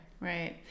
right